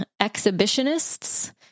exhibitionists